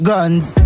Guns